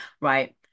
right